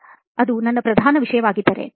ಹೆಚ್ಚಾಗಿ ಅದು ಪ್ರಧಾನ ವಿಷಯವಾಗಿದ್ದರೆ